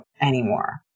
anymore